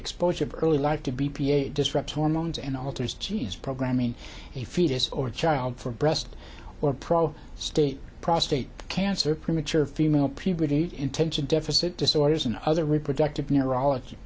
exposure of early life to b p a it disrupts hormones and alters genes programming a fetus or child for breast or pro stay prostate cancer premature female puberty intention deficit disorders and other reproductive neurology